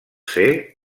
ser